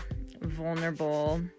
vulnerable